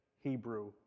Hebrew